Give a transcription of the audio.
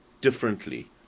differently